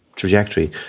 trajectory